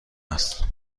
است